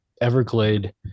everglade